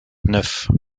neuf